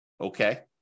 Okay